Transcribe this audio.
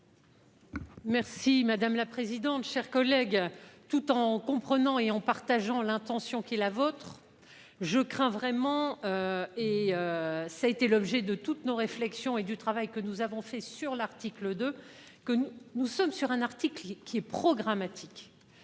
Merci madame la présidente, chers collègues, tout en comprenant et en partageant l'intention qui est la vôtre. Je crains vraiment. Et. Ça a été l'objet de toutes nos réflexions et du travail que nous avons fait sur l'article de que nous, nous sommes sur un article qui est programmatique